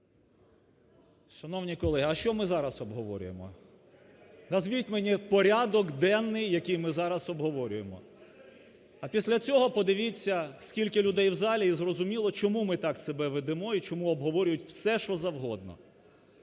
Шановні колеги, а що ми зараз обговорюємо? Назвіть мені порядок денний, який ми зараз обговорюємо, а після цього подивіться скільки людей в залі і зрозуміло, чому ми так себе ведемо і чому обговорюють все, що завгодно.